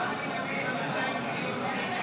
מה לגבי 200 מיליון השקלים?